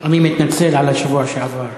אני מתנצל על השבוע שעבר.